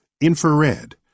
infrared